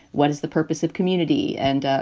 what is the purpose of community? and,